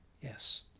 Yes